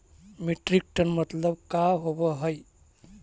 Metric ton मतलब का होव हइ?